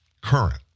current